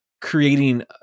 creating